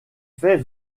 fait